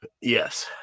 Yes